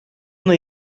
una